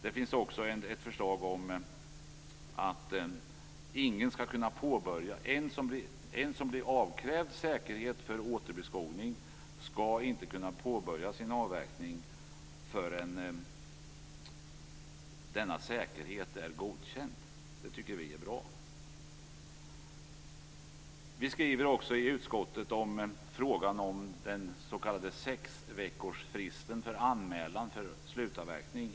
Dels finns ett förslag om att en som blir avkrävd säkerhet för återbeskogning inte skall kunna påbörja sin avverkning förrän denna säkerhet är godkänd. Det tycker vi är bra. Vi skriver i utskottsbetänkandet om den s.k. sexveckorsfristen för anmälan för slutavverkning.